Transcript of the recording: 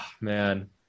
man